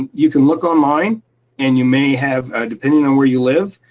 you can look online and you may have, depending on where you live,